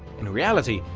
in reality,